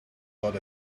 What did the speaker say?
got